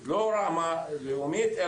בינלאומית.